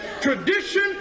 tradition